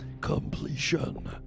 completion